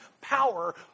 power